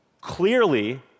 clearly